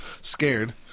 scared